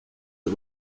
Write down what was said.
est